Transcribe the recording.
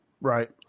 Right